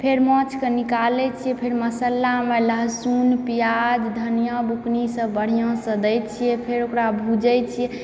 फेर माछकऽ निकालैत छियै फेर मसालामऽ लहसुन पियाज धनिआ बुकनीसभ बढ़िआँसँ दैत छियै फेर ओकरा भुजैत छियै